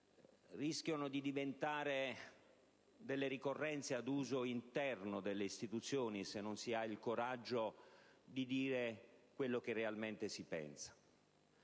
rischiano di diventare delle ricorrenze ad uso interno delle istituzioni se non si ha il coraggio di dire quello che realmente si pensa.